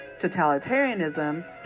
totalitarianism